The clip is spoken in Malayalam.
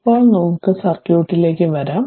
ഇപ്പോൾ നമുക്ക് സർക്യൂട്ടിലേക്ക് വരാം